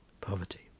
poverty